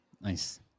Nice